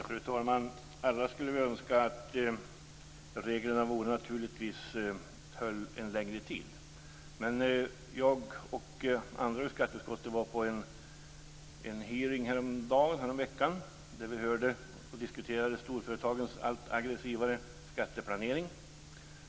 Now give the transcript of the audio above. Fru talman! Alla skulle vi naturligtvis önska att reglerna höll en längre tid. Men jag och andra från skatteutskottet var på en hearing häromveckan där vi hörde om, och diskuterade, storföretagens allt aggressivare skatteplanering.